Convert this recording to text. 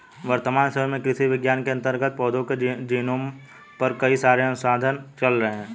वर्तमान समय में कृषि विज्ञान के अंतर्गत पौधों के जीनोम पर कई सारे अनुसंधान चल रहे हैं